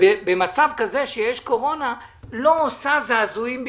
במצב כזה שיש קורונה לא עושה זעזועים ביישובים.